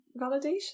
Validation